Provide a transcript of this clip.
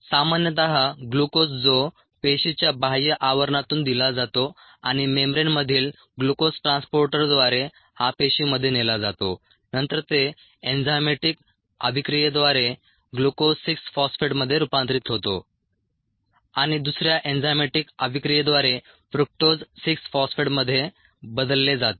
सामान्यतः ग्लुकोज जो पेशीच्या बाह्य आवरणातून दिला जातो आणि मेंब्रेनमधील ग्लुकोज ट्रान्सपोर्टरद्वारे हा पेशीमध्ये नेला जातो नंतर ते एंजाइमॅटिक अभिक्रियेद्वारे ग्लूकोज 6 फॉस्फेटमध्ये रूपांतरित होते आणि दुसऱ्या एंजाइमॅटिक अभिक्रियेद्वारे फ्रुक्टोज 6 फॉस्फेटमध्ये बदलले जाते